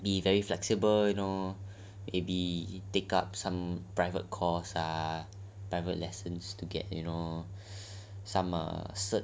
I can be very flexible you know maybe take up some private course lah private lessons to get you know some uh cert